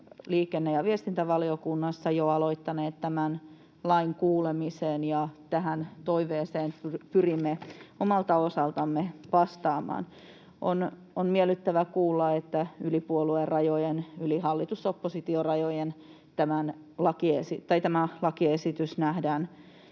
liikenne‑ ja viestintävaliokunnassa jo aloittaneet tämän lain kuulemisen, ja tähän toiveeseen pyrimme omalta osaltamme vastaamaan. On miellyttävä kuulla, että yli puoluerajojen, yli hallitus—oppositio-rajojen, tämä lakiesitys nähdään